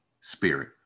spirit